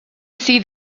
see